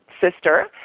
sister